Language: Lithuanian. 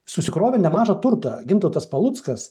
susikrovė nemažą turtą gintautas paluckas